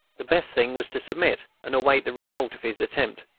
the best thing was to submit, and await the result of his attempt.